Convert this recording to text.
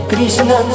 Krishna